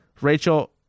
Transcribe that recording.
Rachel